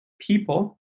people